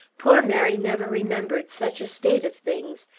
poor mary never remembered such a state of things,